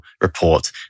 report